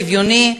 שוויוני,